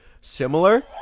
similar